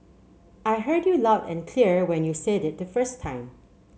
I heard you loud and clear when you said it the first time